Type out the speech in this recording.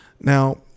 Now